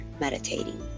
meditating